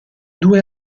due